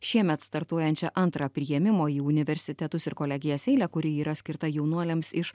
šiemet startuojančią antrą priėmimo į universitetus ir kolegijas eilę kuri yra skirta jaunuoliams iš